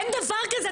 אין דבר כזה.